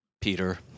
Peter